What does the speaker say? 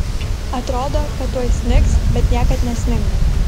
atrodo kad tuoj snigs bet niekad nesninga